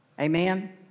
Amen